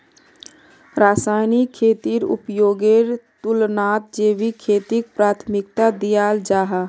रासायनिक खेतीर उपयोगेर तुलनात जैविक खेतीक प्राथमिकता दियाल जाहा